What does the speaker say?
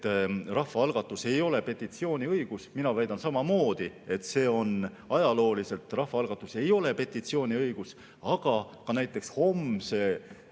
et rahvaalgatus ei ole petitsiooniõigus. Mina väidan samamoodi, et ajalooliselt rahvaalgatus ei ole petitsiooniõigus. Aga ka näiteks homse